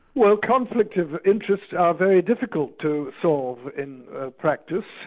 well conflicts of interest are very difficult to solve in practice.